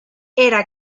era